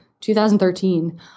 2013